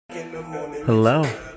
Hello